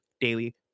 daily